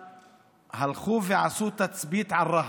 הלכו ועשו תצפית על רהט.